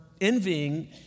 envying